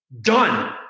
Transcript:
Done